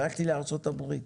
הלכתי לארצות הברית